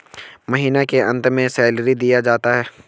महीना के अंत में सैलरी दिया जाता है